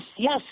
yes